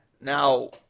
now